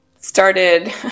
started